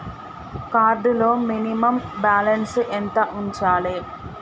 Card లో minimum balance ఎంత ఉంచాలే?